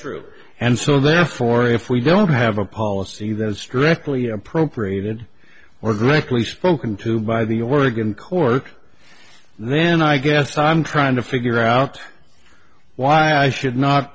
true and so therefore if we don't have a policy that is strictly appropriated or directly spoken to by the oregon court then i guess i'm trying to figure out why i should not